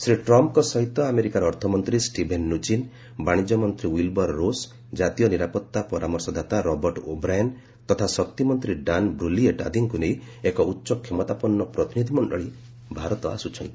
ଶ୍ରୀ ଟ୍ରମ୍ପ୍ଙ୍କ ସହିତ ଆମେରିକାର ଅର୍ଥମନ୍ତ୍ରୀ ଷ୍ଟିଭେନ୍ ନୁଚିନ୍ ବାଣିଜ୍ୟ ମନ୍ତ୍ରୀ ୱିଲ୍ବର୍ ରୋସ୍ କାତୀୟ ନିରାପତ୍ତା ପରାମର୍ଶଦାତା ରବର୍ଟ ଓବ୍ରାଏନ୍ ତଥା ଶକ୍ତିମନ୍ତ୍ରୀ ଡାନ୍ ବ୍ରୋଲିଏଟ୍ ଆଦିଙ୍କୁ ନେଇ ଏକ ଉଚ୍ଚ କ୍ଷମତାପନ୍ନ ପ୍ରତିନିଧି ମଣ୍ଡଳୀ ଭାରତ ଆସ୍ଚ୍ଛନ୍ତି